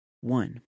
one